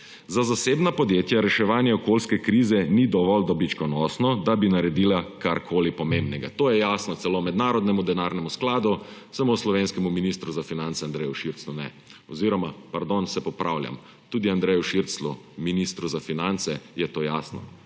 za zasebna podjetja reševanje okoljske krize ni dovolj dobičkonosno, da bi naredila karkoli pomembnega. To je jasno celo Mednarodnemu denarnemu skladu, samo slovenskemu ministru za finance Andreju Širclju ne. Oziroma, pardon, se popravljam, tudi Andreju Širclju, ministru za finance, je to jasno,